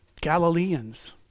Galileans